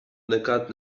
nekad